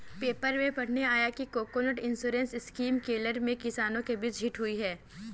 paper में पढ़ने आया कि कोकोनट इंश्योरेंस स्कीम केरल में किसानों के बीच हिट हुई है